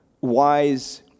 wise